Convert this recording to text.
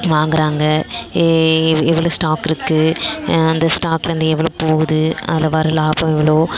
வாங்கிறாங்க ஏ எவ்வளவு ஸ்டாக் இருக்குது அந்த ஸ்டாக்லேருந்து எவ்வளவு போகுது அதில் வர்ற லாபம் எவ்வளோ